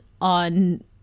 on